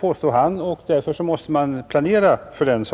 påstår denna forskare, och därför måste man planera för det.